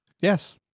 Yes